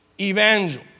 evangel